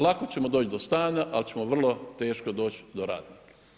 Lako ćemo doći do stana, ali ćemo vrlo teško doći do radnika.